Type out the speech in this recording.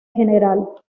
general